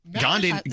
Gandhi